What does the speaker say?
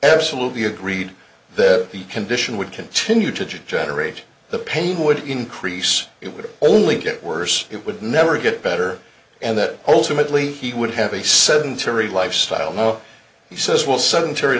be agreed that the condition would continue to generate the pain would increase it would only get worse it would never get better and that ultimately he would have a sedentary lifestyle no he says will sudden